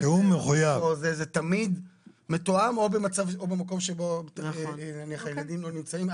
וזה תמיד מתואם או במקום שהילדים לא נמצאים.